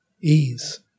ease